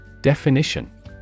Definition